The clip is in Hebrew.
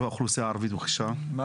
סליחה,